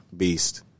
Beast